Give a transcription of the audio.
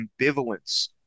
ambivalence